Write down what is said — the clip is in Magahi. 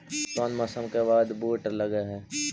कोन मौसम के बाद बुट लग है?